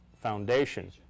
foundation